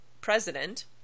president